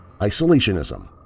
isolationism